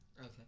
Okay